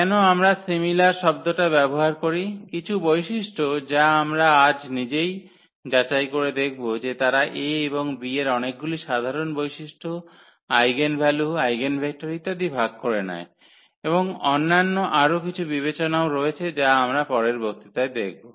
কেন আমরা সিমিলার শব্দটা ব্যবহার করি কিছু বৈশিষ্ট্য যা আমরা আজ নিজেই যাচাই করে দেখব যে তারা A এবং B এর অনেকগুলি সাধারণ বৈশিষ্ট্য আইগেনভ্যালু আইগেনভেক্টর ইত্যাদি ভাগ করে নেয় এবং অন্যান্য আরও কিছু বিবেচনাও রয়েছে যা আমরা পরের বক্তৃতায় দেখব